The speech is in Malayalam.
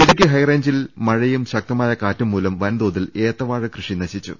ഇടുക്കി ഹൈറേഞ്ചിൽ മഴയും ശക്തമായ കാറ്റും മൂലം വൻതോതിൽ ഏത്തവാഴ കൃഷി നശിച്ചു